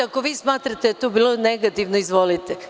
Ako smatrate da je to bilo negativno, izvolite.